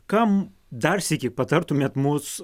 kam dar sykį patartumėt mus